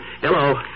Hello